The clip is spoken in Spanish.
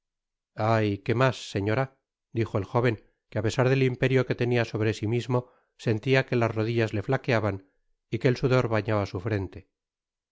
ay quemas señora dijoeljóven que ápe ar del imperio que tenia sobre sí mismo sentía que las rodillas le flaqueaban y que el sudor bañaba su frente